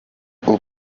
uku